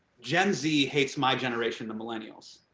gen z hates my generation, the millennials.